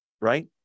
right